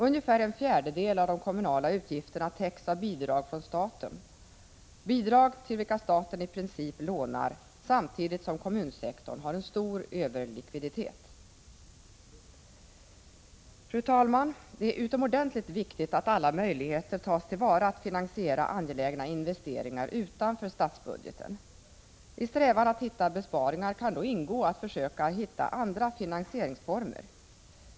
Ungefär en fjärdedel av de kommunala utgifterna täcks av bidrag från staten, bidrag till vilka staten i princip lånar samtidigt som kommunsektorn har en stor överlikviditet. Fru talman! Det är utomordentligt viktigt att alla möjligheter tas till vara att utanför statsbudgeten finansiera angelägna investeringar. I strävan att hitta besparingar kan då ingå att försöka hitta andra finansieringsformer.